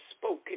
spoken